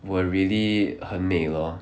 were really 很美 lor